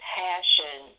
passion